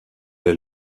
est